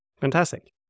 Fantastic